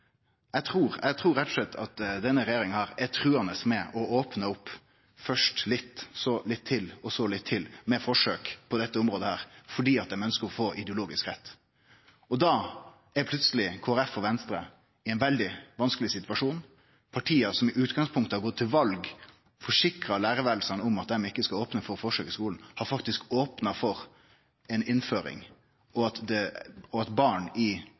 denne regjeringa er truande til å opne opp – først litt, så litt til og så litt til –for forsøk på dette området, fordi dei ønskjer å få ideologisk rett. Da er plutseleg Kristeleg Folkeparti og Venstre i ein veldig vanskeleg situasjon. Parti som i utgangspunktet har gått til val på og forsikra lærarromma om at dei ikkje skal opne for forsøk i skulen, har faktisk opna for ei slik innføring, og for at barn på visse stader rundt omkring i